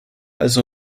also